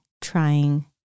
trying